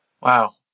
Wow